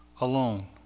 alone